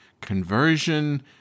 conversion